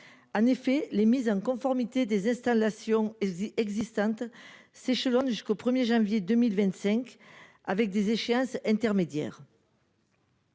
En effet les mise en conformité des installations. Elle dit existantes s'échelonner jusqu'au 1er janvier 2025 avec des échéances intermédiaires.